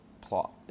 plot